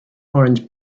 orange